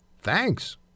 Thanks